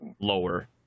lower